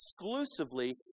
exclusively